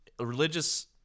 religious